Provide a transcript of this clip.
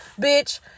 Bitch